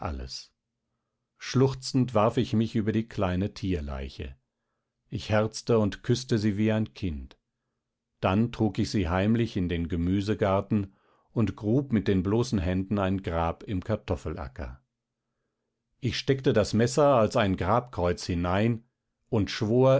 alles schluchzend warf ich mich über die kleine tierleiche ich herzte und küßte sie wie ein kind dann trug ich sie heimlich in den gemüsegarten und grub mit den bloßen händen ein grab im kartoffelacker ich steckte das messer als ein grabkreuz hinein und schwor